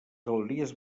galeries